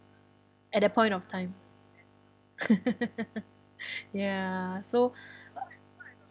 at that point of time ya so